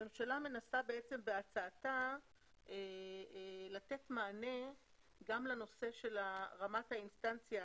הממשלה מנסה בהצעתה לתת מענה גם לנושא של רמת האינסטנציה